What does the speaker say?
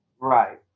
Right